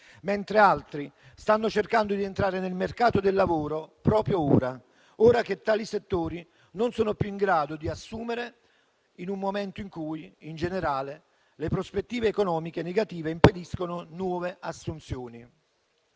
mentre altri stanno cercando di entrare nel mercato del lavoro proprio ora; ora che tali settori non sono più in grado di assumere, in un momento in cui, in generale, le prospettive economiche negative impediscono nuove assunzioni.